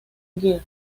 girl